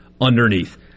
underneath